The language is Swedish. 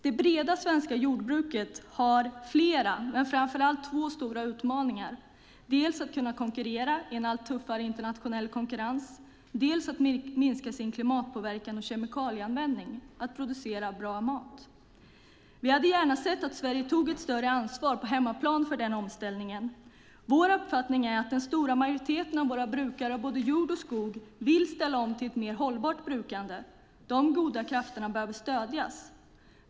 Det breda svenska jordbruket har flera, men framför allt två stora utmaningar, dels att kunna konkurrera i en allt tuffare internationell konkurrens, dels att minska sin klimatpåverkan och kemikalieanvändning och producera bra mat. Vi hade gärna sett att Sverige tagit större ansvar på hemmaplan för den omställningen. Vår uppfattning är att den stora majoriteten av våra brukare av både jord och skog vill ställa om till ett mer hållbart brukande. De goda krafterna behöver stödjas.